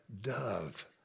dove